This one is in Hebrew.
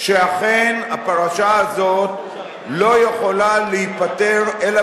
שאכן הפרשה הזאת לא יכולה להיפתר אלא